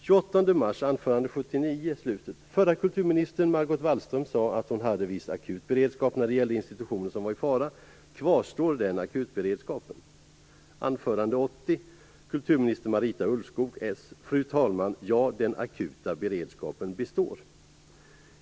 79, står det: "Förra kulturministern Margot Wallström sade att hon hade viss akut beredskap när det gällde institutioner som var i fara. Kvarstår den akutberedskapen?" "Fru talman! Ja, den akuta beredskapen består."